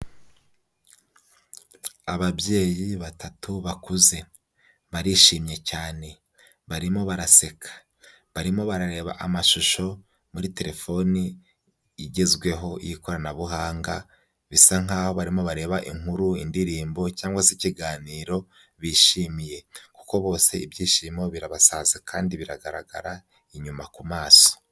Ababyeyi batatu bakuze, barishimye cyane, barimo baraseka, barimo barareba amashusho muri terefoni igezweho y'ikoranabuhanga, bisa nk'aho barimo bareba inkuru, indirimbo cyangwa se ikiganiro bishimiye, kuko bose ibyishimo birabasaze kandi biragaragara inyuma ku maso.